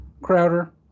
Crowder